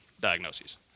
diagnoses